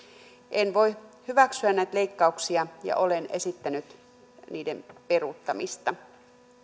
en voi hyväksyä näitä leikkauksia ja olen esittänyt niiden peruuttamista